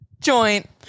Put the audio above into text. Joint